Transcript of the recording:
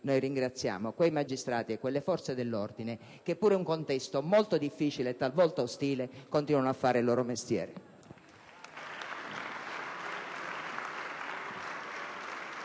ringraziamo quei magistrati e quelle forze dell'ordine che pure in un contesto molto difficile, talvolta ostile, continuano a fare il loro mestiere.